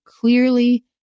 clearly